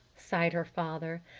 sighed her father.